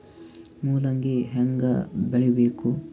ಮೂಲಂಗಿ ಹ್ಯಾಂಗ ಬೆಳಿಬೇಕು?